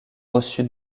reçu